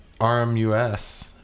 RMUS